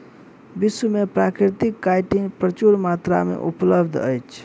विश्व में प्राकृतिक काइटिन प्रचुर मात्रा में उपलब्ध अछि